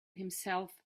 himself